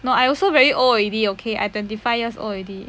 no I also very old already okay I twenty five years old already